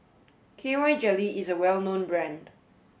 K Y Jelly is a well known brand